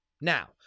Now